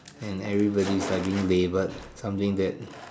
and everybody is studying today but something that